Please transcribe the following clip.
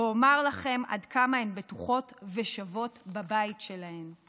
ואומר לכם עד כמה הן בטוחות ושוות בבית שלהן.